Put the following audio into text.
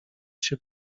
się